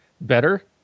better